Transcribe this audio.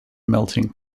melting